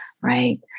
Right